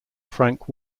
frank